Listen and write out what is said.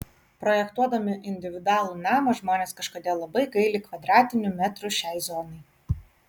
projektuodami individualų namą žmonės kažkodėl labai gaili kvadratinių metrų šiai zonai